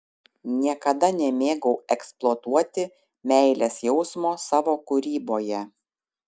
niekada nemėgau eksploatuoti meilės jausmo savo kūryboje